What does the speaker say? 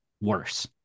worse